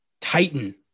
titan